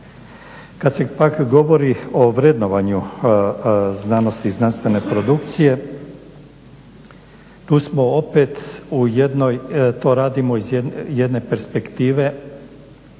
Kad se pak govori o vrednovanju znanosti i znanstvene produkcije, tu smo opet u jednoj, to radimo iz jedne perspektive